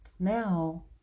Now